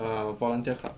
uh volunteer club